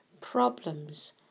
problems